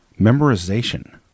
Memorization